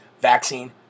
vaccine